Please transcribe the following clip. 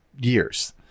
years